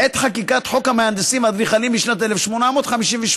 בעת חקיקת חוק המהנדסים והאדריכלים בשנת 1858,